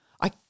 I